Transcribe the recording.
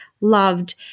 loved